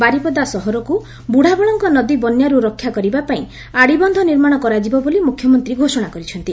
ବାରିପଦା ସହରକୁ ବୁଢ୍ରାବଳଙ୍ଗ ନଦୀ ବନ୍ୟାରୁ ରକ୍ଷା କରିବା ପାଇଁ ଆଡ଼ିବନ୍ଧ ନିର୍ମାଶ କରାଯିବ ବୋଲି ମୁଖ୍ୟମନ୍ତୀ ଘୋଷଣା କରିଛନ୍ତି